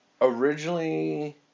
Originally